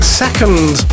second